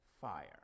fire